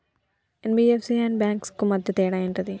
NBFC and banks కు మధ్య తేడా ఏంటిది?